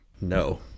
No